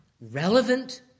relevant